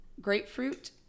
grapefruit